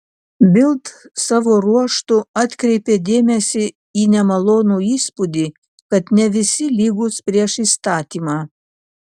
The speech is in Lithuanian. bild savo ruožtu atkreipė dėmesį į nemalonų įspūdį kad ne visi lygūs prieš įstatymą